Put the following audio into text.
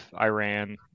Iran